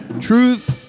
Truth